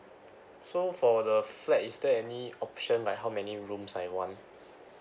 so for the flat is there any option like how many rooms I want